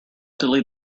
delete